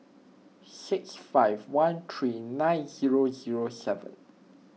six five one three nine zero zero seven